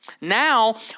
Now